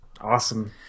Awesome